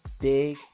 big